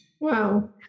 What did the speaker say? Wow